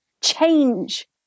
change